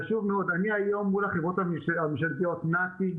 חשוב מאוד אני היום מול החברות הממשלתיות: נת"י,